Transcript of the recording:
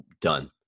done